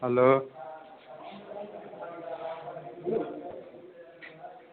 hello